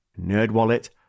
NerdWallet